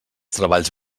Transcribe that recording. treballs